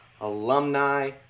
alumni